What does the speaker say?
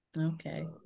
Okay